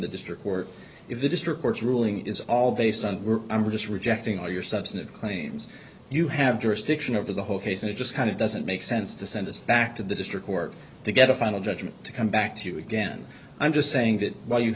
the district court if the district court's ruling is all based on we're just rejecting all your substantive claims you have jurisdiction over the whole case and it just kind of doesn't make sense to send us back to the district court to get a final judgment to come back to you again i'm just saying that while you